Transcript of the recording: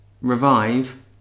Revive